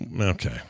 Okay